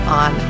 on